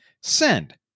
Send